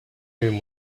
whom